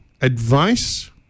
advice